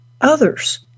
others